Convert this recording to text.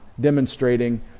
demonstrating